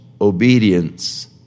obedience